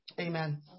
Amen